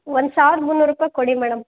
ಒಂದು ಸಾವಿರದ ಮುನ್ನೂರು ರೂಪಾಯಿ ಕೊಡಿ ಮೇಡಮ್